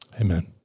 amen